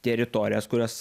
teritorijas kurias